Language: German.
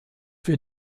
wir